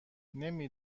نمی